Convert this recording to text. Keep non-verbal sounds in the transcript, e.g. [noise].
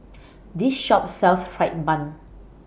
[noise] This Shop sells Fried Bun